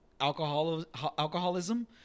alcoholism